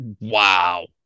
wow